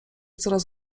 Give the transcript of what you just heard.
coraz